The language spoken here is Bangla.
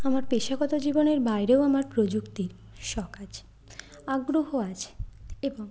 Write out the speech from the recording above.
আমার পেশাগত জীবনের বাইরেও আমার প্রযুক্তির শখ আছে আগ্রহ আছে এবং